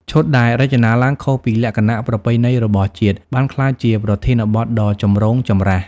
ឈុតដែលរចនាឡើងខុសពីលក្ខណៈប្រពៃណីរបស់ជាតិ បានក្លាយជាប្រធានបទដ៏ចម្រូងចម្រាស។